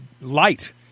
light